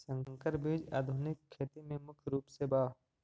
संकर बीज आधुनिक खेती में मुख्य रूप से बा